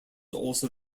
also